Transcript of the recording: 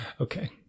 Okay